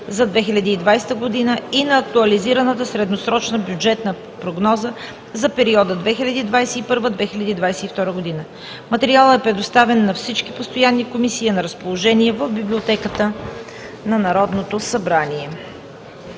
за 2020 г. и на Актуализираната средносрочна бюджетна прогноза за периода 2021 – 2022 г. Материалът е предоставен на всички постоянни комисии и е на разположение в Библиотеката на Народното събрание.